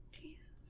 Jesus